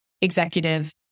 executive